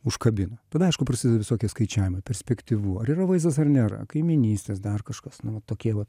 užkabino tada aišku prasideda visokie skaičiavimai perspektyvu ar yra vaizdas ar nėra kaimynystės dar kažkas nu vat tokie vat